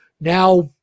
Now